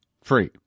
free